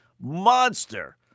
monster